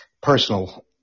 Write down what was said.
personal